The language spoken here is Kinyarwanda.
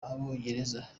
abongereza